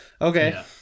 okay